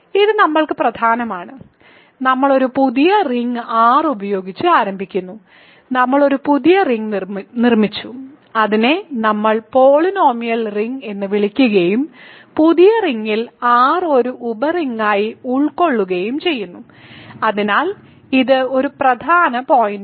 ഇത് നമ്മൾക്ക് പ്രധാനമാണ് നമ്മൾ ഒരു പുതിയ റിങ് R ഉപയോഗിച്ച് ആരംഭിക്കുന്നു നമ്മൾ ഒരു പുതിയ റിങ് നിർമ്മിച്ചു അതിനെ നമ്മൾ പോളിനോമിയൽ റിംഗ് എന്ന് വിളിക്കുകയും പുതിയ റിങ്ങിൽ R ഒരു ഉപ റിങ്ങായി ഉൾക്കൊള്ളുകയും ചെയ്യുന്നു അതിനാൽ ഇത് ഒരു പ്രധാന പോയിന്റാണ്